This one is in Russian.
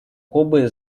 кубы